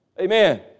Amen